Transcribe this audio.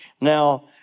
now